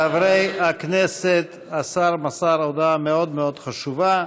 חברי הכנסת, השר מסר הודעה מאוד מאוד חשובה,